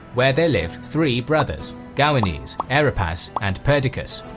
where there lived three brothers gauanes, aeropas, and perdiccas.